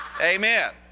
Amen